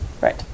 Right